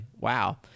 Wow